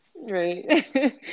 Right